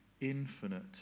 infinite